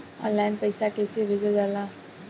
Online पैसा कैसे भेजल जाला?